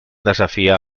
desafiar